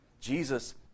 Jesus